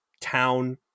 town